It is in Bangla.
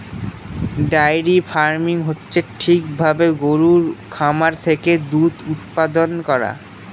ডায়েরি ফার্মিং হচ্ছে ঠিক ভাবে গরুর খামার থেকে দুধ উৎপাদান করা